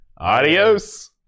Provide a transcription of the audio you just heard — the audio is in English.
adios